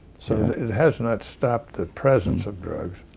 so it has not stopped the presence of drugs.